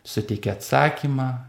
suteikia atsakymą